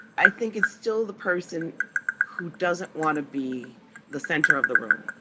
i think it's still the person who doesn't want to be the center of the room,